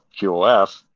QOF